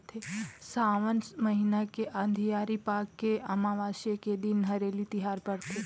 सावन महिना के अंधियारी पाख के अमावस्या के दिन हरेली तिहार परथे